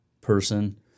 person